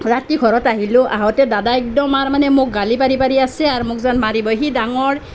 ৰাতি ঘৰত আহিলোঁ আহোঁতে দাদাই একদম আৰু মানে মোক গালি পাৰি পাৰি আছে আৰু মোক যেন মাৰিবই সি ডাঙৰ